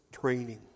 training